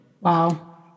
Wow